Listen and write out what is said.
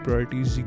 Priorities